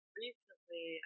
recently